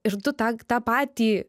ir tu tą tą patį